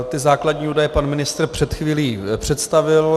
Ty základní údaje pan ministr před chvílí představil.